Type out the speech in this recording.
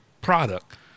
product